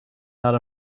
not